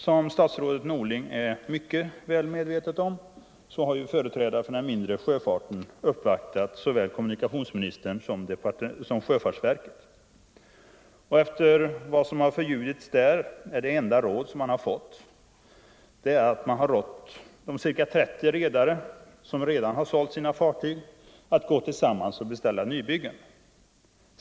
Som statsrådet Norling är mycket väl medveten om har företrädare för den mindre sjöfarten uppvaktat såväl kommunikationsministern som sjöfartsverket. Efter vad som har förljudits var det enda råd man fick att de ca 30 redare som sålt sina fartyg borde gå tillsammans och beställa nybyggen.